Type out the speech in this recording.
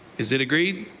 is it agreed?